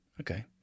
Okay